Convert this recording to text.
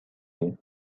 you